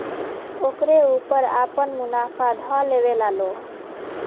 ओकरे ऊपर आपन मुनाफा ध लेवेला लो